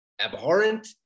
abhorrent